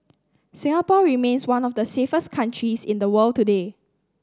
Singapore remains one of the safest countries in the world today